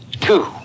two